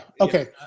Okay